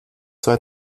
zwei